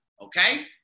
Okay